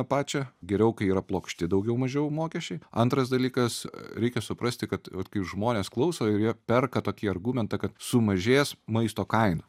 tą pačią geriau kai yra plokšti daugiau mažiau mokesčiai antras dalykas reikia suprasti kad kai žmonės klauso ir jie perka tokį argumentą kad sumažės maisto kaina